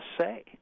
say